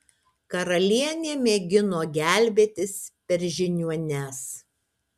karalienė mėgino gelbėtis per žiniuones